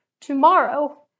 tomorrow